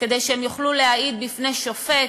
כדי שהם יוכלו להעיד בפני שופט,